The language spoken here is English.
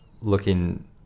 looking